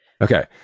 Okay